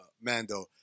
Mando